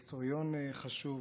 היסטוריון חשוב.